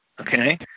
okay